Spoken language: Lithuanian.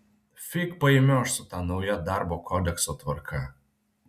fig paimioš su ta nauja darbo kodekso tvarka